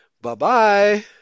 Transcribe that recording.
Bye-bye